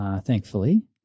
Thankfully